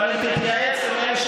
אלו היו כל מיני אמירות סרק, השר,